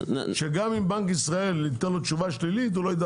ואז מה התהליך, מה קורה?